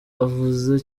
avuze